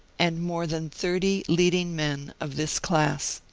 and more than thirty leading men of this class.